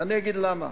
ואני אגיד למה.